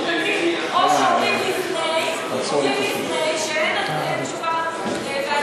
זה לא תקין, או שאומרים לפני שאין תשובה והצבעה.